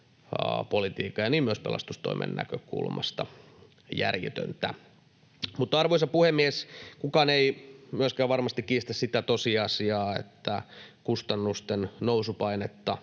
ja myös pelastustoimen näkökulmasta järjetöntä. Mutta, arvoisa puhemies, kukaan ei myöskään varmasti kiistä sitä tosiasiaa, että kustannusten nousupainetta